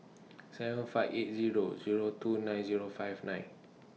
seven five eight Zero Zero two nine Zero five nine